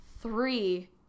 three